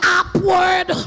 upward